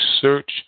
search